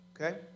okay